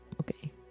Okay